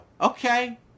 Okay